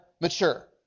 mature